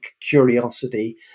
curiosity